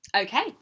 Okay